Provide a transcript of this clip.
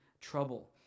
trouble